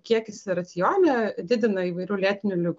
kiekis racione didina įvairių lėtinių